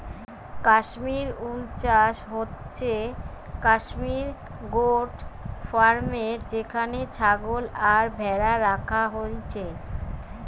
Kashmir wool চাষ হচ্ছে Kashmir goat ফার্মে যেখানে ছাগল আর ভ্যাড়া রাখা হইছে